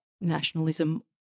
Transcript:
nationalism